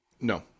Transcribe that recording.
No